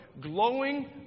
glowing